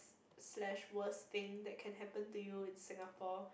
slash worst thing that can happen to you in Singapore